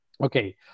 Okay